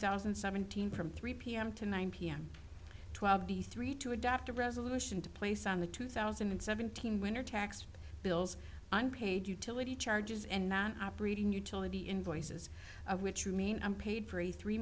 thousand seventeen from three p m to nine p m twelve the three to adopt a resolution to place on the two thousand and seventeen winter tax bills unpaid utility charges and not operating utility invoices which remain i'm paid for a three